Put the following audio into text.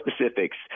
specifics